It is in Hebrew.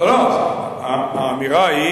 האמירה היא